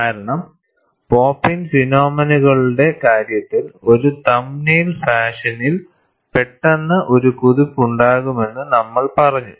കാരണം pop in ഫിനോമിനുകളുടെ കാര്യത്തിൽ ഒരു തമ്പ് നെയിൽ ഫാഷനിൽ പെട്ടെന്ന് ഒരു കുതിപ്പ് ഉണ്ടാകുമെന്ന് നമ്മൾ പറഞ്ഞു